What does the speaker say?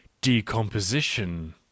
decomposition